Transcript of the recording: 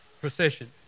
procession